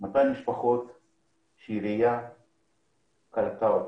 שהעירייה קלטה אותן.